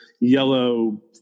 yellow